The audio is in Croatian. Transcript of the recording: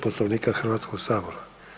Poslovnika Hrvatskog sabora.